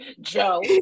Joe